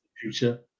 future